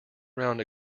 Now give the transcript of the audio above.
around